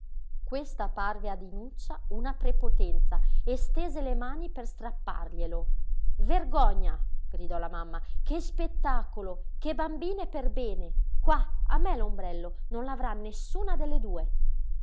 questa parve a dinuccia una prepotenza e stese le mani per strapparglielo vergogna gridò la mamma che spettacolo che bambine per bene qua a me l'ombrello non l'avrà nessuna delle due